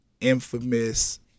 infamous